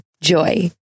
Joy